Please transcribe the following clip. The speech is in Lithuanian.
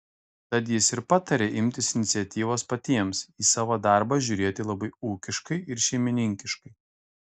tad jis ir patarė imtis iniciatyvos patiems į savo darbą žiūrėti labai ūkiškai ir šeimininkiškai